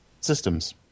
systems